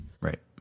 Right